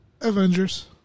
Avengers